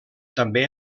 també